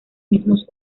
mismos